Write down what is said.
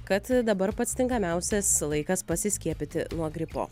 kad dabar pats tinkamiausias laikas pasiskiepyti nuo gripo